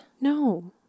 No